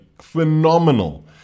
phenomenal